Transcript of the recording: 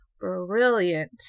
Brilliant